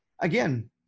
again